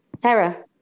Tara